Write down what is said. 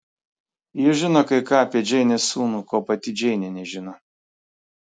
ji žino kai ką apie džeinės sūnų ko pati džeinė nežino